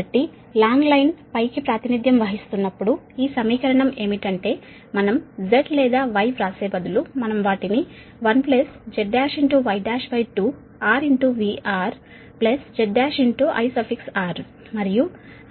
కాబట్టి long line యొక్క వివరిస్తున్నప్పుడు ఈ సమీకరణం ఏమిటంటే మనం Z లేదా Y వ్రాసే బదులు మనం వాటిని 1Z1Y12 R VR Z1 IR మరియు